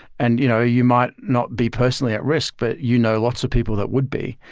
and you know you might not be personally at risk, but you know lots of people that would be,